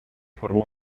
formó